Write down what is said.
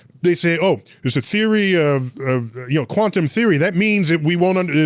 they say, oh, there's a theory of of you know quantum theory, that means we won't and